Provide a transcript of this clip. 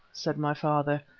said my father,